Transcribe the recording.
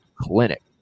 clinic